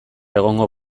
egongo